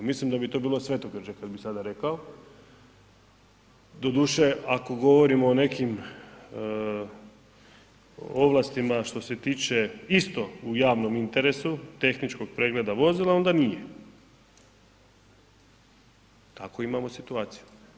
Mislim da bi to bilo svetogrđe kad bi sada rekao, doduše ako govorimo o nekim ovlastima što se tiče isto u javnom interesu tehničkog pregleda vozila, onda nije, takvu imamo situaciju.